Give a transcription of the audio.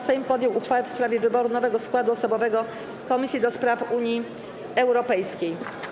Sejm podjął uchwałę w sprawie wyboru nowego składu osobowego Komisji do Spraw Unii Europejskiej.